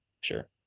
Sure